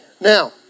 Now